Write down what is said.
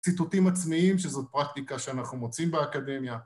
‫ציטוטים עצמיים, ‫שזו פרקטיקה שאנחנו מוצאים באקדמיה.